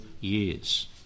years